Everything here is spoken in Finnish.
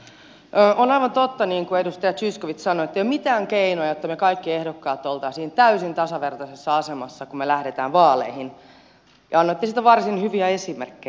on aivan totta niin kuin edustaja zyskowicz sanoi ettei ole mitään keinoja että me kaikki ehdokkaat olisimme täysin tasavertaisessa asemassa kun me lähdemme vaaleihin ja annoitte siitä varsin hyviä esimerkkejä